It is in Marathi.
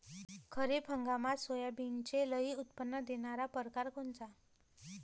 खरीप हंगामात सोयाबीनचे लई उत्पन्न देणारा परकार कोनचा?